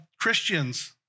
Christians